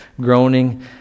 groaning